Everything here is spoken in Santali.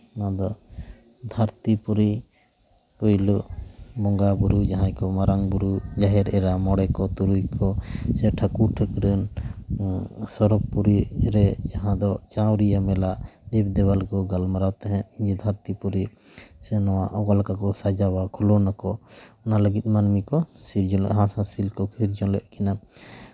ᱚᱱᱟ ᱫᱚ ᱫᱷᱟᱹᱨᱛᱤ ᱯᱩᱨᱤ ᱨᱮ ᱯᱳᱭᱞᱳ ᱵᱚᱸᱜᱟᱼᱵᱳᱨᱳ ᱡᱟᱦᱟᱸᱭ ᱠᱚ ᱢᱟᱨᱟᱝ ᱵᱳᱨᱳ ᱡᱟᱦᱮᱨ ᱮᱨᱟ ᱢᱚᱬᱮ ᱠᱚ ᱛᱩᱨᱩᱭ ᱠᱚ ᱥᱮ ᱴᱷᱟᱹᱠᱩᱨ ᱴᱷᱟᱹᱠᱨᱟᱹᱱ ᱥᱚᱨᱚᱜᱽ ᱯᱩᱨᱤ ᱨᱮ ᱡᱟᱦᱟᱸ ᱫᱚ ᱪᱟᱣᱨᱤᱭᱟᱹ ᱢᱮᱞᱟ ᱫᱮᱵᱼᱫᱮᱵᱟᱞᱳᱠ ᱠᱚ ᱜᱟᱞᱢᱟᱨᱟᱣ ᱛᱟᱦᱮᱸᱜ ᱫᱷᱟᱹᱨᱛᱤ ᱯᱩᱨ ᱥᱮ ᱱᱚᱣᱟ ᱚᱠᱟ ᱞᱮᱠᱟ ᱠᱚ ᱥᱟᱡᱟᱣᱟ ᱠᱷᱚᱞᱚᱱ ᱟᱠᱚ ᱚᱱᱟ ᱞᱟᱹᱜᱤᱫ ᱢᱟᱹᱱᱢᱤ ᱠᱚ ᱥᱤᱨᱡᱚᱱ ᱦᱟᱸᱥᱼᱦᱟᱸᱥᱤᱞ ᱪᱮᱬᱮ ᱠᱚ ᱥᱤᱨᱡᱚᱱ ᱞᱮᱜ ᱠᱤᱱᱟᱹ